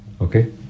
Okay